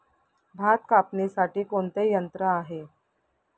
भात कापणीसाठी कोणते यंत्र आहे?